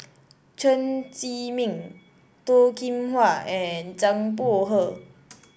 Chen Zhiming Toh Kim Hwa and Zhang Bohe